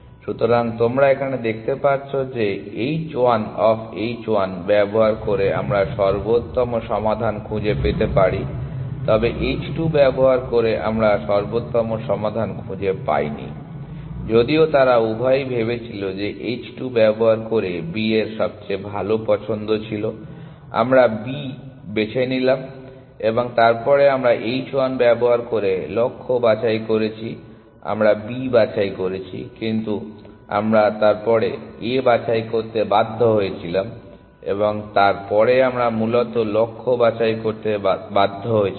সুতরাং তোমরা এখানে দেখতে পাচ্ছ যে h 1 অফ h 1 ব্যবহার করে আমরা সর্বোত্তম সমাধান খুঁজে পেতে পারি তবে h 2 ব্যবহার করে আমরা সর্বোত্তম সমাধান খুঁজে পাইনি যদিও তারা উভয়ই ভেবেছিল যে h 2 ব্যবহার করে B এর সবচেয়ে ভালো পছন্দ ছিল আমরা B বেছে নিলাম এবং তারপরে আমরা h 1 ব্যবহার করে লক্ষ্য বাছাই করেছি আমরা B বাছাই করেছি কিন্তু তারপরে আমরা A বাছাই করতে বাধ্য হয়েছিলাম এবং তারপরে আমরা মূলত লক্ষ্য বাছাই করতে বাধ্য হয়েছিলাম